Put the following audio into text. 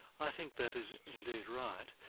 i think that is indeed right.